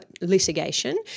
litigation